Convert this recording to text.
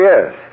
yes